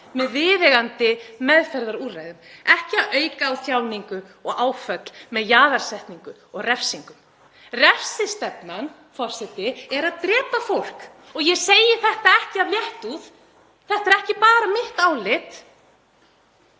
með viðeigandi meðferðarúrræðum, ekki að auka á þjáningu og áföll með jaðarsetningu og refsingum. Refsistefnan, forseti, er að drepa fólk. Ég segi þetta ekki af léttúð. Þetta er ekki bara mitt álit,